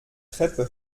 treppe